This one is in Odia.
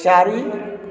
ଚାରି